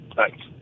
Thanks